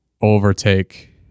overtake